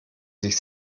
sich